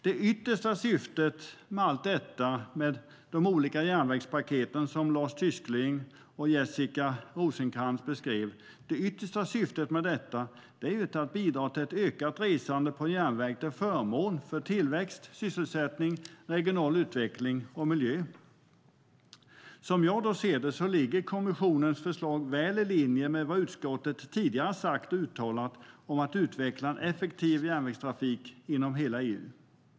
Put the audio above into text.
Det yttersta syftet med allt detta, de olika järnvägspaket som Lars Tysklind och Jessica Rosencrantz beskrev, är ju att bidra till ett ökat resande på järnväg till förmån för tillväxt, sysselsättning, regional utveckling och miljö. Som jag ser det ligger då EU-kommissionens förslag väl i linje med vad utskottet tidigare sagt och uttalat om att utveckla en effektiv järnvägstrafik inom hela EU.